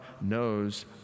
knows